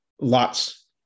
Lots